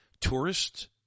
tourists